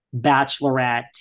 bachelorette